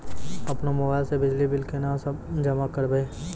अपनो मोबाइल से बिजली बिल केना जमा करभै?